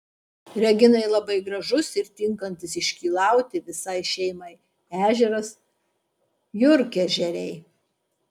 reginai labai gražus ir tinkantis iškylauti visai šeimai ežeras jurgežeriai